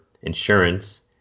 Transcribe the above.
insurance